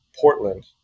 Portland